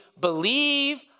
Believe